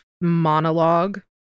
monologue